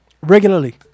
regularly